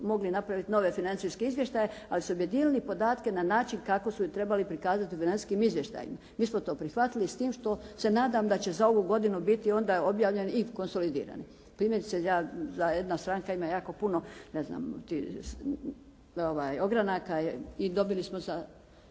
mogli napraviti nove financijske izvještaje, ali su objedinili podatke na način kako su ih trebali prikazati u financijskim izvještajima. Mi smo to prihvatili s tim što se nadam da će za ovu godinu biti onda objavljen i konsolidirani. Primjerice, da jedna stranka ima jako puno ne znam, ogranaka i dobili smo sada